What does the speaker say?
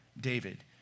David